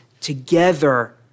together